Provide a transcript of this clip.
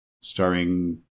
starring